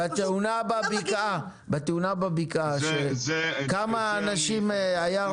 בתאונה בבקעה, כמה אנשים היו?